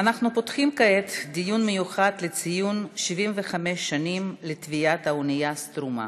אנחנו פותחים כעת דיון מיוחד לציון 75 שנים לטביעת האונייה "סטרומה"